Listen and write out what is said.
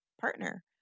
partner